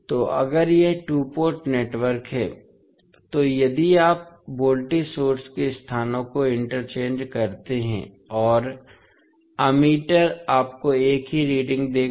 तो अगर यह टू पोर्ट नेटवर्क है तो यदि आप वोल्टेज सोर्स के स्थानों को इंटरचेंज करते हैं और अमीटर आपको एक ही रीडिंग देगा